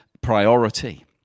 priority